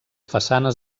façanes